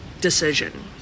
decision